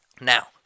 Now